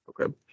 okay